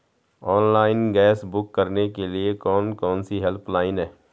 Online gas book करने के लिए कौन कौनसी हेल्पलाइन हैं?